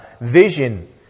vision